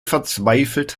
verzweifelt